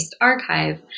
archive